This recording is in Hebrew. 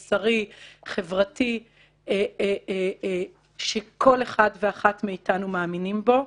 מוסרי, חברתי, שכל אחד ואחת מאיתנו מאמינים בו.